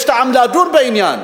יש טעם לדון בעניין.